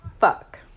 Fuck